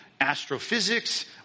astrophysics